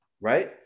Right